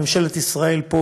ממשלת ישראל פה,